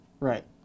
Right